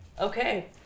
Okay